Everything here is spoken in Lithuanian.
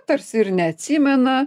tarsi ir neatsimena